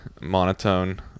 monotone